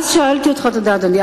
תודה, אדוני.